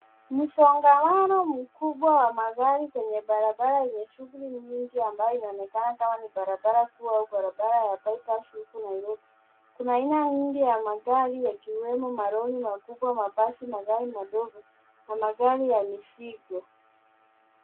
Msongamano mkubwa wa magari kwenye barabara yenye shughuli nyingi ambayo inaonekana kama barabara kuu au barabara ya bypass huku Nairobi. Kuna aina nyingi ya magari yakiwemo malori makubwa, mabasi, magari madogo na magari ya mizigo.